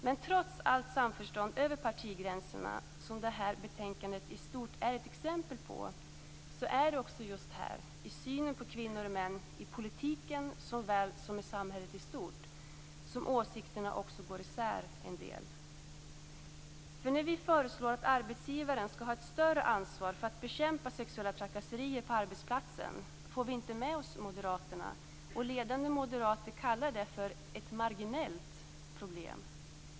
Men trots allt samförstånd över partigränserna som det här betänkandet i stort är ett exempel på är det också just här - i synen på kvinnor och män, i politiken såväl som i samhället i stort - som åsikterna går isär en del. När vi föreslår att arbetsgivaren skall ha ett större ansvar för att bekämpa sexuella trakasserier på arbetsplatsen får vi inte med oss Moderaterna. Ledande moderater kallar det ett "marginellt problem".